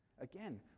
Again